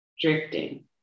drifting